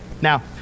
Now